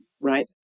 right